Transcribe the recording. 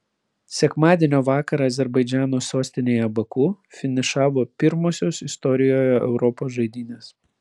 sekmadienio vakarą azerbaidžano sostinėje baku finišavo pirmosios istorijoje europos žaidynės